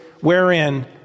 wherein